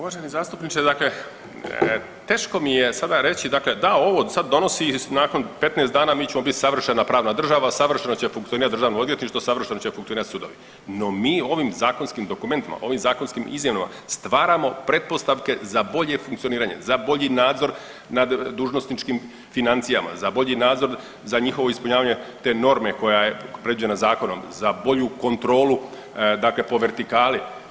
Uvaženi zastupniče, dakle teško mi je sada reći, dakle da ovo sad donosi i nakon 15 dana mi ćemo biti savršena pravna država, savršeno će funkcionirati državno odvjetništvo, savršeno će funkcionirati sudovi, no mi ovim zakonskim dokumentima, ovim zakonskim izmjenama stvaramo pretpostavke za bolje funkcioniranje, za bolji nadzor nad dužnosničkim financijama, za bolji nadzor za njihovo ispunjavanje te norme koja je predviđena zakonom, za bolju kontrolu dakle po vertikali.